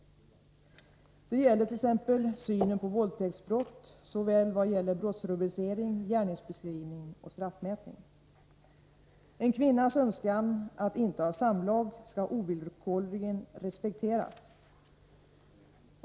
Det gäller t.ex. synen på våldtäktsbrott vad gäller såväl brottsrubricering, gärningsbeskrivning som straffmätning. En kvinnas önskan att inte ha samlag skall ovillkorligen respekteras.